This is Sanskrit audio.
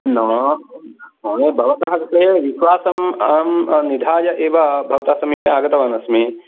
न महोदय भवतः कृते एव विश्वासम् अहं निधाय एव भवतः समौपे आगतवानस्मि